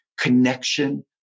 connection